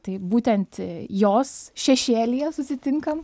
tai būtent jos šešėlyje susitinkam